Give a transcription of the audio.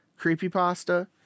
creepypasta